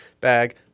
Bag